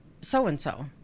so-and-so